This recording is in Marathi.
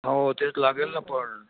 हो तेच लागेल ना पण